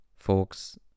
Folks